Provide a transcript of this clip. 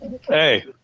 hey